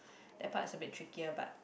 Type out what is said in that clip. that part should be trickier but